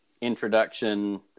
introduction